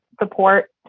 support